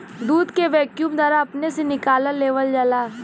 दूध के वैक्यूम द्वारा अपने से निकाल लेवल जाला